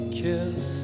kiss